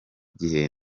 gihe